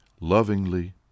lovingly